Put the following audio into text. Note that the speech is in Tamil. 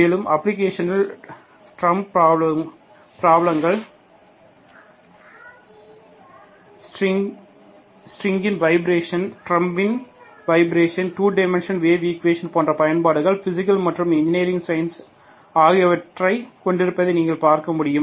மேலும் அப்பிளிக்கேஷன்களில் டிரம் பிராப்லங்கள் ஸ்ட்ரிங்கின் வைபிரேஷன் டிரம் ன் வைபிரேஷன் 2 டைமன்ஷன் வேவ் ஈக்குவேஷன் போன்ற பயன்பாடுகள் பிசிக்ஸ் மற்றும் என்ஜினீயரிங் சைன்ஸ் ஆகியவற்றைக் கொண்டிருப்பதை நீங்கள் பார்க்க முடியும்